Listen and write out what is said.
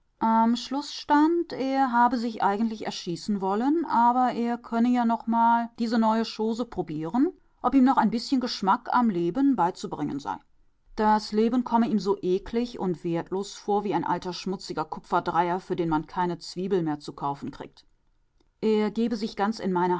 am schluß stand er habe sich eigentlich erschießen wollen aber er könne ja noch mal diese neue chose probieren ob ihm noch ein bißchen geschmack am leben beizubringen sei das leben komme ihm so eklig und wertlos vor wie ein alter schmutziger kupferdreier für den man keine zwiebel mehr zu kaufen kriegt er gebe sich ganz in meine